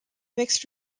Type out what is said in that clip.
mixed